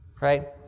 right